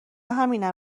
همینم